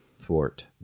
thwart